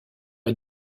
est